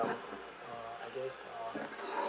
income uh I guess uh